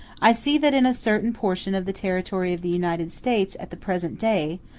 i see that in a certain portion of the territory of the united states at the present day,